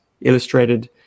illustrated